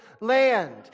land